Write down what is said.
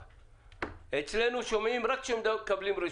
אצנו שומעים רק כשמקבלים רשות.